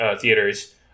theaters